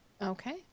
Okay